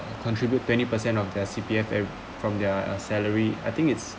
contribute twenty percent of their C_P_F and from their salary I think it's